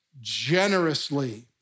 generously